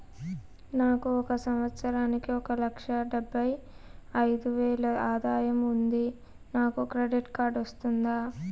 నాకు ఒక సంవత్సరానికి ఒక లక్ష డెబ్బై అయిదు వేలు ఆదాయం ఉంది నాకు క్రెడిట్ కార్డు వస్తుందా?